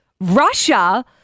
Russia